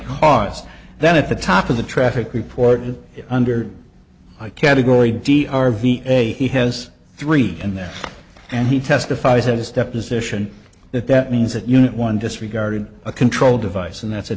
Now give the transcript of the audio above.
cause that at the top of the traffic report is under a category d r v a he has three in there and he testifies that his deposition that that means that unit one disregarded a control device and that's a